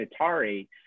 atari